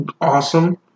awesome